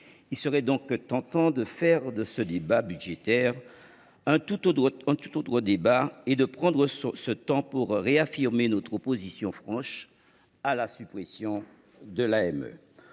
Il serait donc tentant de faire de ce débat budgétaire un tout autre débat et de mettre ce temps à profit pour réaffirmer notre opposition franche à la suppression de l’AME,